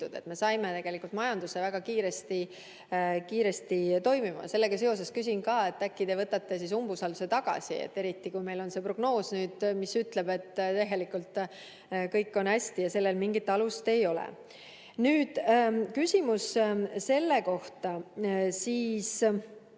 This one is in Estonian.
me saime tegelikult majanduse väga kiiresti toimima. Sellega seoses küsin ka, et äkki te võtate siis umbusalduse tagasi, eriti kui meil on nüüd prognoos, mis ütleb, et tegelikult on kõik hästi ja sellel mingit alust ei ole. Nüüd küsimus selle kohta, mis